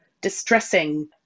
distressing